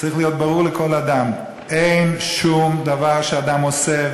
צריך להיות ברור לכל אדם: אין שום דבר שהאדם עושה.